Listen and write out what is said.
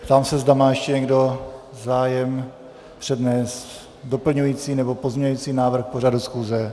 Ptám se, zda má ještě někdo zájem přednést doplňující nebo pozměňující návrh k pořadu schůze.